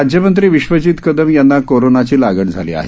राज्यमंत्री विश्वजीत कदम यांना कोरोनाची लागण झाली आहे